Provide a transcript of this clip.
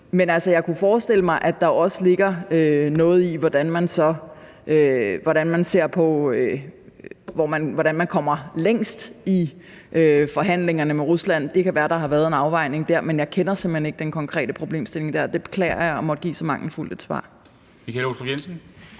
jeg kunne forestille mig, at der også ligger noget i, hvordan man kommer længst i forhandlingerne med Rusland. Det kan være, der har været en afvejning, men jeg kender simpelt hen ikke den konkrete problemstilling der. Jeg beklager at måtte give så mangelfuldt et svar.